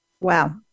Wow